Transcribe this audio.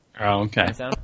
okay